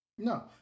No